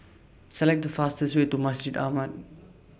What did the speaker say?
Select The fastest Way to Masjid Ahmad